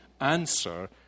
answer